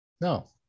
No